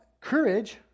courage